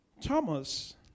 Thomas